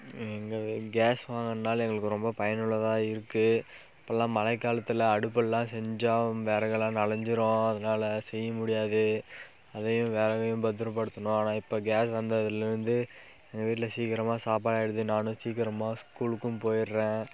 case வாங்கிறதுனால எங்களுக்கு ரொம்ப பயனுள்ளதாக இருக்கு இப்போலாம் மழை காலத்தில் அடுப்புலலாம் செஞ்சா விறகெல்லாம் நனஞ்சிரும் அதனால் செய்ய முடியாது அதே விறகையும் பத்திரப்படுத்தணும் ஆனால் இப்போ கேஸ் வந்ததுலருந்து எங்கள் வீட்டில் சீக்கிரமாக சாப்பாடு ஆயிவிடுது நானும் சீக்கிரமாக ஸ்கூலுக்கும் போயிவிடுறேன்